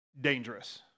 dangerous